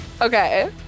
Okay